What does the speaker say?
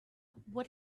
what